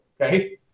okay